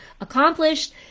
accomplished